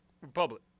republic